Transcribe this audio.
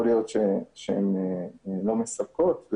יכול להיות שהן לא מספקות.